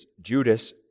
Judas